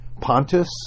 Pontus